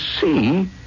see